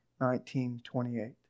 19.28